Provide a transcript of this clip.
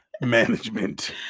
management